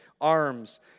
arms